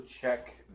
check